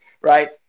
right